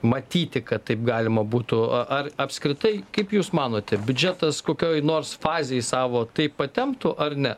matyti kad taip galima būtų a ar apskritai kaip jūs manote biudžetas kokioj nors fazėje savo taip patemptų ar ne